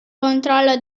controllo